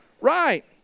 right